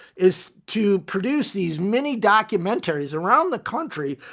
is to produce these mini documentaries around the country,